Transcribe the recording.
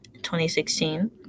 2016